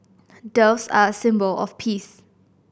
doves are a symbol of peace